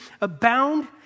abound